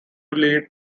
lead